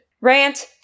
Rant